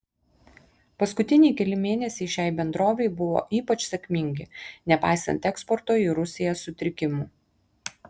paskutiniai keli mėnesiai šiai bendrovei buvo ypač sėkmingi nepaisant eksporto į rusiją sutrikimų